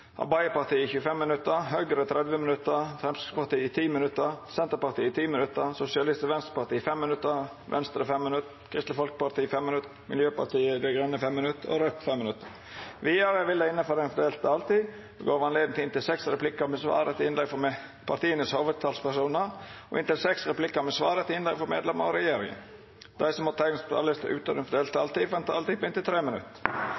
Arbeidarpartiet 25 minutt, Høgre 30 minutt, Framstegspartiet 10 minutt, Senterpartiet 10 minutt, Sosialistisk Venstreparti 5 minutt, Venstre 5 minutt, Kristeleg Folkeparti 5 minutt, Miljøpartiet Dei Grøne 5 minutt og Raudt 5 minutt. Vidare vil det – innanfor den fordelte taletida – verta gjeve høve til inntil seks replikkar med svar etter innlegg frå hovudtalspersonane til partia og inntil seks replikkar med svar etter innlegg frå medlemer av regjeringa. Dei som måtte teikna seg på talarlista utover den fordelte taletida, får ei taletid på inntil 3 minutt.